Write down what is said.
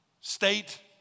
state